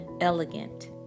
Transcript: elegant